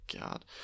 God